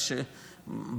אבל